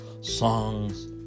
songs